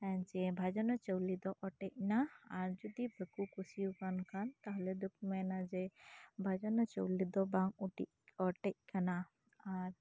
ᱡᱮ ᱵᱷᱟᱡᱟᱱ ᱟᱨ ᱪᱟᱣᱞᱮ ᱫᱚ ᱚᱴᱮᱡ ᱮᱱᱟ ᱟᱨ ᱡᱩᱫᱤ ᱵᱟᱠᱚ ᱠᱩᱥᱤᱣᱟᱠᱟᱱ ᱠᱷᱟᱱ ᱛᱟᱦᱞᱮ ᱫᱚᱠᱚ ᱢᱮᱱᱟ ᱡᱮ ᱵᱷᱟᱡᱟᱱ ᱟᱨ ᱪᱟᱣᱞᱮ ᱫᱚ ᱵᱟᱝ ᱚᱴᱮᱜ ᱚᱴᱮᱡ ᱟᱠᱟᱱᱟ ᱟᱨ